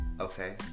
Okay